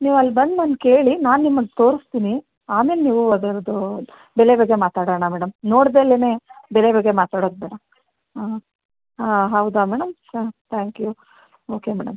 ನೀವು ಅಲ್ಲಿ ಬಂದು ನನ್ನ ಕೇಳಿ ನಾನು ನಿಮ್ಮನ್ನು ತೋರಿಸ್ತೀನಿ ಆಮೇಲೆ ನೀವು ಅದರದ್ದು ಬೆಲೆ ಬಗ್ಗೆ ಮಾತಾಡೋಣ ಮೇಡಮ್ ನೋಡ್ದೆಲೆ ಬೆಲೆ ಬಗ್ಗೆ ಮಾತಾಡೋದು ಬೇಡ ಆಂ ಆಂ ಹೌದಾ ಮೇಡಮ್ ಸ ತ್ಯಾಂಕ್ ಯು ಓಕೆ ಮೇಡಮ್